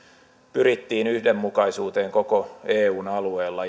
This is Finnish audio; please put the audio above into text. pyrittiin yhdenmukaisuuteen koko eun alueella